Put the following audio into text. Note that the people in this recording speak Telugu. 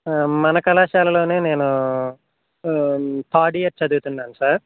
మన కళాశాలలోనే నేను థర్డ్ ఇయర్ చదువుతున్నాను సార్